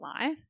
life